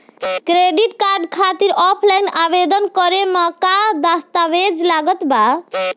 Credit card खातिर offline आवेदन करे म का का दस्तवेज लागत बा?